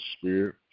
spirit